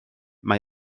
mae